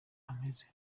ameze